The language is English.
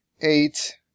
eight